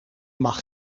mag